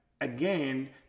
again